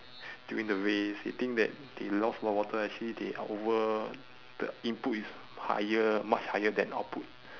during the race they think that they lost a lot of water actually they are over the input is higher much higher than output